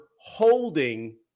holding